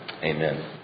Amen